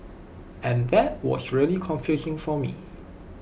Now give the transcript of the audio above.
and that was really confusing for me